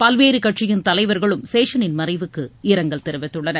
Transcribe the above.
பல்வேறு கட்சியின் தலைவர்களும் சேஷனின் மறைவுக்கு இரங்கல் தெரிவித்துள்ளனர்